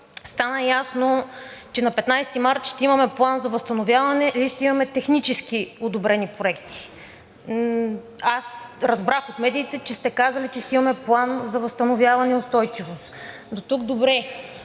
стана ясно, че на 15 март ще имаме План за възстановяване или ще имаме технически одобрени проекти? Аз разбрах от медиите, че сте казали, че ще имаме План за възстановяване и устойчивост. Дотук добре.